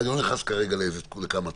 ואני לא נכנס כרגע לכמה התקופה.